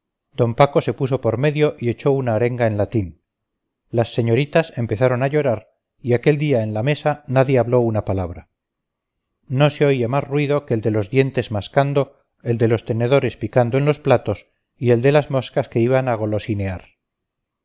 d paco se puso por medio y echó una arenga en latín las señoritas empezaron a llorar y aquel día en la mesa nadie habló una palabra no se oía más ruido que el de los dientes mascando el de los tenedores picando en los platos y el de las moscas que iban a golosinear